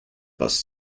bus